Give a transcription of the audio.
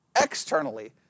externally